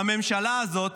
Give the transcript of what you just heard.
בממשלה הזאת,